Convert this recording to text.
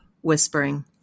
whispering